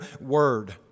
word